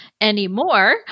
anymore